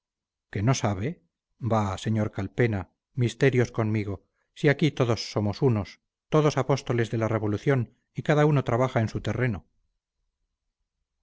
que no sabe bah sr calpena misterios conmigo si aquí todos somos unos todos apóstoles de la revolución y cada uno trabaja en su terreno